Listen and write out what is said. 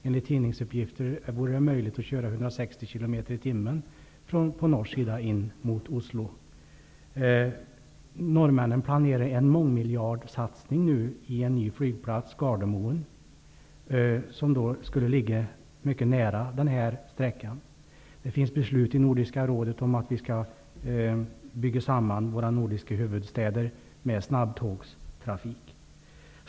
Enligt tidningsuppgifter är det möjligt att köra i 160 Norrmännen planerar nu en mångmiljardsatsning på en ny flygplats, Gardemoen, som skall ligga mycket nära denna sträcka. Det finns beslut i Nordiska rådet om att vi skall bygga samman våra nordiska huvudstäder med snabbtågstrafik.